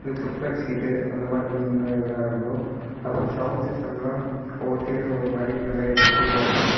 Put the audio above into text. இது push back seat அந்த மாதிரி இதெலாம் இருக்கும் அப்புறம் சௌண்ட் சிஸ்டமெலாம் ஒவ்வொரு தேட்டருக்கும் ஒரு மாதிரி நல்லா எஃபெக்டிவ்வாக இருக்கும்